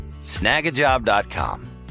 snagajob.com